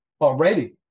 already